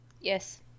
Yes